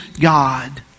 God